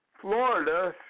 Florida